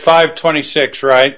five twenty six right